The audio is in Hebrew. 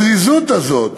הזריזות הזאת,